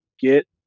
get